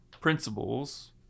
principles